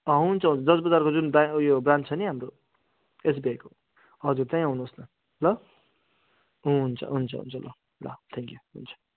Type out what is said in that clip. अँ हुन्छ हुन्छ जर्ज बजारको जुन उयो ब्रान्च छ नि हाम्रो एसबिआईको हजुर त्यहीँ आउनुहोस् न ल हुन्छ हुन्छ हुन्छ ल ल थ्याङ्क्यु हुन्छ